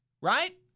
Right